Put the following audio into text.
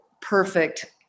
perfect